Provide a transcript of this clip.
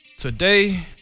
Today